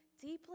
deeply